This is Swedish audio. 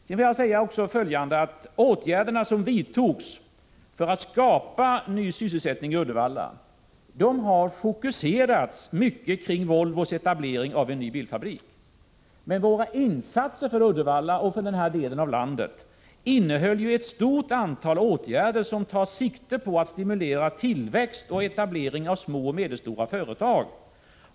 Jag vill vidare säga att de åtgärder som vidtogs för att skapa ny sysselsättning i Uddevalla i stor utsträckning har fokuserats kring Volvos etablering av en ny bilfabrik. Men våra insatser för Uddevalla och för den här delen av landet innehöll ju ett stort antal åtgärder som tar sikte på att stimulera tillväxt och etablering av små och medelstora företag.